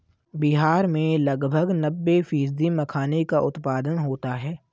बिहार में लगभग नब्बे फ़ीसदी मखाने का उत्पादन होता है